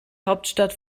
hauptstadt